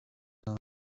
mobile